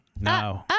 No